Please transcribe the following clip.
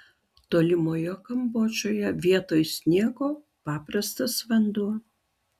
tolimojoje kambodžoje vietoj sniego paprastas vanduo